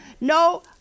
no